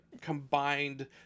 combined